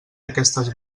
aquestes